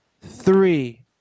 three